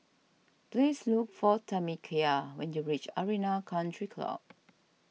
please look for Tamekia when you reach Arena Country Club